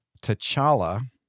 T'Challa